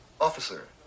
Officer